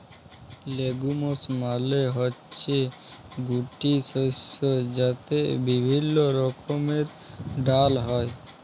legumes মালে হচ্যে গুটি শস্য যাতে বিভিল্য রকমের ডাল হ্যয়